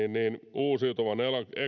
uusiutuvan